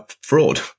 fraud